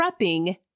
prepping